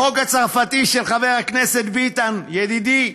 החוק הצרפתי של חבר הכנסת ביטן, ידידי,